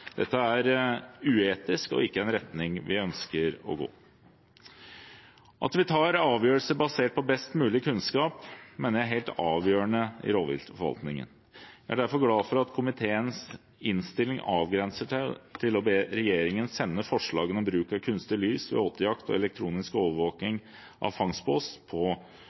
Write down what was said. Dette er uetisk og ikke en retning vi ønsker å gå i. At vi tar avgjørelser basert på best mulig kunnskap, mener jeg er helt avgjørende i rovviltforvaltningen. Jeg er derfor glad for at komiteens innstilling avgrenser seg til å be regjeringen sende forslagene om bruk av kunstig lys ved åtejakt og elektronisk overvåking av fangstbås på